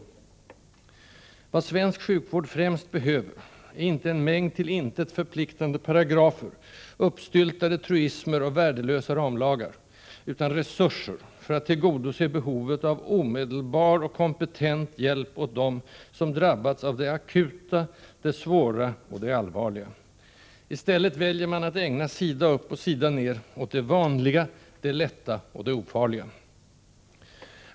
Vad svensk sjukvård främst behöver är inte en mängd till intet förpliktande paragrafer, uppstyltade truismer och värdelösa ramlagar, utan resurser för att tillgodose behovet av omedelbar och kompetent hjälp åt dem, som drabbats av det akuta, det svåra och det allvarliga. I stället väljer man att ägna sida upp och sida ner åt det vanliga, det lätta och det ofarliga.